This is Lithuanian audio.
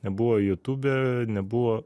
nebuvo jutube nebuvo